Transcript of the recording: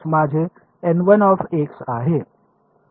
माझे आहे